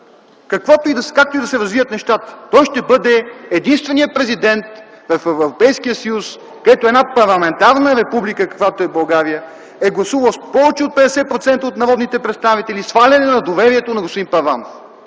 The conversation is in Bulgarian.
както и да се развият нещата, той ще бъде единственият президент в Европейския съюз, където една парламентарна република, каквато е България, е гласувала с повече от 50% от народните представители сваляне на доверието на господин Първанов.